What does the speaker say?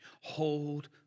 Hold